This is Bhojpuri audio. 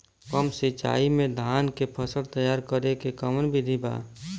कम सिचाई में धान के फसल तैयार करे क कवन बिधि बा?